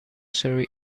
surrey